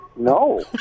No